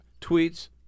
tweets